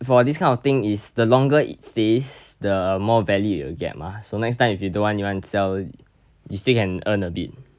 for this kind of thing is the longer it stays the more value it will get mah so next time if you don't want you wanna sell you still can earn a bit